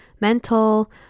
mental